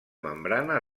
membrana